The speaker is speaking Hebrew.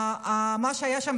מה שהיה שם,